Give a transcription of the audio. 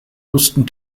houston